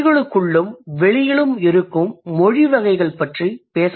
மொழிகளுக்குள்ளும் வெளியிலும் இருக்கும் மொழி வகைகள் பற்றிப் பேசப்போகிறேன்